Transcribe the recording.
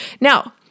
Now